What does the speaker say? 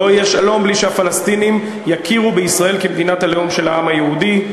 לא יהיה שלום בלי שהפלסטינים יכירו בישראל מדינת הלאום של העם היהודי.